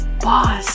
boss